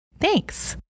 Thanks